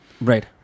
right